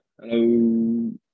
Hello